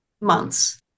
months